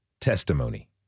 Testimony